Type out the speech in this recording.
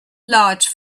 large